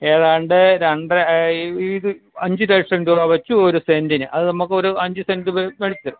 ഏതാണ്ട് രണ്ട് അഞ്ച് ലക്ഷം രൂപ വെച്ച് ഒരു സെൻറ്റിന് അത് നമുക്ക് ഒരു അഞ്ച് സെൻറ്റ് മേടിച്ചാൽ